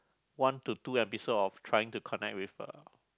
one to two episode of trying to connect with the